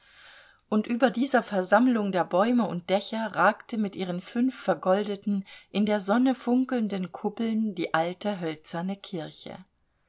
und über dieser versammlung der bäume und dächer ragte mit ihren fünf vergoldeten in der sonne funkelnden kuppeln die alte hölzerne kirche